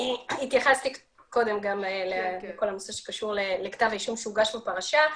התייחסתי קודם לכל הנושא של כתב האישום שהוגש בפרשה,